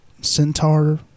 centaur